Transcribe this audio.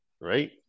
right